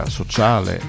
sociale